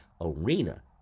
arena